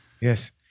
yes